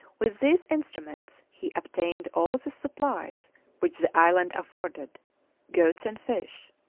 with these instruments he obtained all the supplies which the island afforded goats and fish.